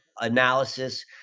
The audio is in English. analysis